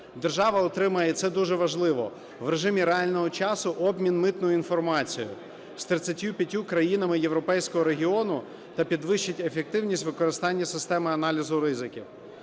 Держава отримує, і це дуже важливо, в режимі реального часу обмін митною інформацією з 35 країнами європейського регіону та підвищить ефективність використання системи аналізу ризиків.